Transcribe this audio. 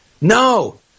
No